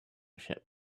ship